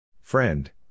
Friend